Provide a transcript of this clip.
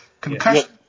concussion